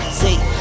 see